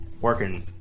working